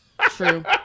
true